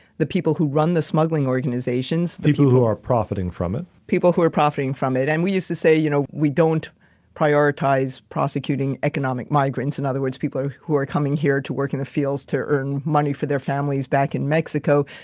the people who run the smuggling organizations. the people who are profiting from it, people who are profiting from it. and we used to say, you know, we don't prioritize prosecuting economic migrants, in other words, people who are coming here to work in the fields to earn money for their families back in mexico,